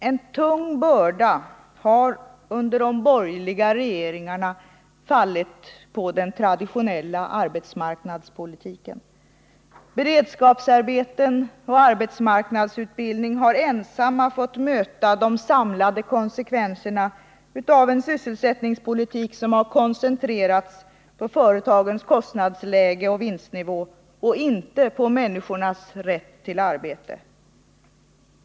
En tung börda har under de borgerliga regeringarna fallit på den traditionella arbetsmarknadspolitiken. Beredskapsarbeten och arbetsmarknadsutbildning har ensamma fått möta de samlade konsekvenserna av en sysselsättningspolitik som har koncentrerats på företagens kostnadsläge och vinstnivå och inte på människornas rätt till arbete.